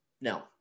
No